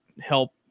help